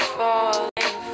falling